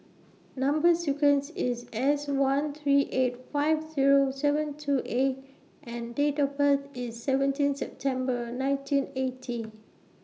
Number sequence IS S one three eight five Zero seven two A and Date of birth IS seventeen September nineteen eighty